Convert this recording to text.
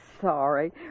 sorry